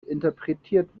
interpretiert